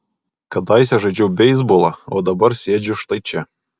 kadaise žaidžiau beisbolą o dabar sėdžiu štai čia